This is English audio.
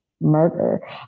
murder